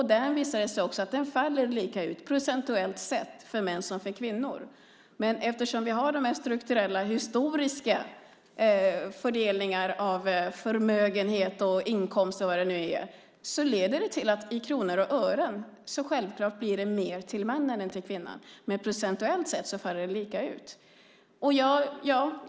Där visar det sig också att den redovisningen faller lika ut procentuellt sett för män som för kvinnor. Men eftersom vi har de strukturella historiska fördelningarna av förmögenhet, inkomst och så vidare leder det till att i kronor och ören blir det självklart mer till mannen än till kvinnan. Men procentuellt sett faller det lika ut.